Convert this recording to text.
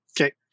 Okay